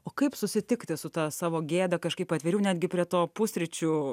o kaip susitikti su ta savo gėda kažkaip atviriau netgi prie to pusryčių